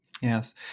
Yes